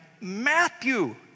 Matthew